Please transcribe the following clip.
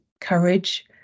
courage